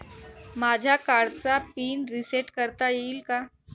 माझ्या कार्डचा PIN reset करता येईल का?